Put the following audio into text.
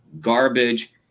garbage